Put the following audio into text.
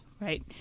Right